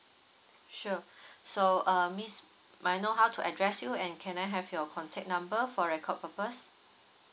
sure so uh miss may I know how to address you and can I have your contact number for record purpose